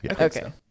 Okay